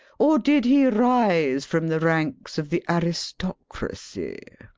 or did he rise from the ranks of the aristocracy?